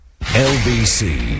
LBC